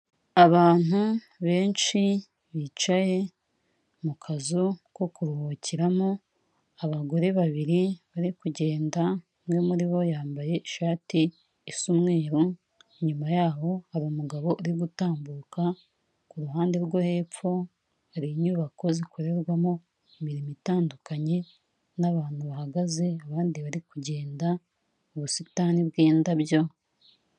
Abantu benshi bicaye mu kazu ko kuruhukiramo, abagore babiri bari kugenda, umwe muri bo yambaye ishati isa umweru, inyuma yaho hari umugabo uri gutambuka, ku ruhande rwo hepfo hari inyubako zikorerwamo imirimo itandukanye n'abantu bahagaze, abandi bari kugenda mu busitani bw'indabyo.